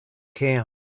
camp